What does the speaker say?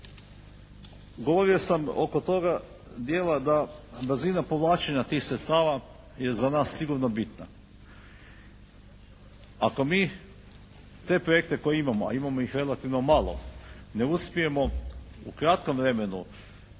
Govorio sam oko toga dijela da brzina povlačenja tih sredstava je za nas sigurno bitna. Ako mi te projekte koje imamo, a imamo ih relativno malo ne uspijemo u kratkom vremenu